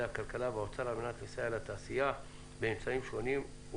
הכלכלה והאוצר על מנת לסייע לתעשייה באמצעים שונים,